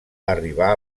arribar